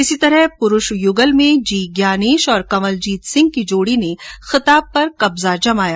इसी तरह पुरूष युगल में जी ज्ञानेश और कंवलजीत सिंह की जोड़ी ने खिताब पर कब्जा जमाया